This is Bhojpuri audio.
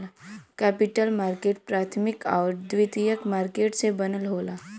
कैपिटल मार्केट प्राथमिक आउर द्वितीयक मार्केट से बनल होला